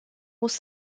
muss